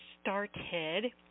started